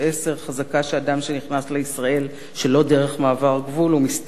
חזקה שאדם שנכנס לישראל שלא דרך מעבר גבול הוא מסתנן,